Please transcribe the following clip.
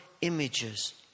images